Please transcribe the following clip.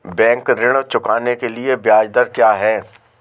Bank ऋण चुकाने के लिए ब्याज दर क्या है?